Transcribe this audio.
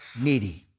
needy